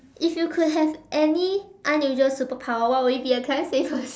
if you could have any unusual superpower what would it be can I say first